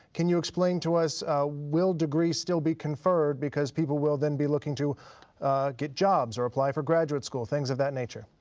can you explain to us will degrees still be conferred, because people will then be looking to get jobs or apply for graduate school, things of that nature?